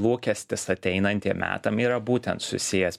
lūkestis ateinantiem metam yra būtent susijęs